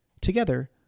Together